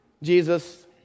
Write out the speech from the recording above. Jesus